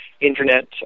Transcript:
internet